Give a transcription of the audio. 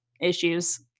issues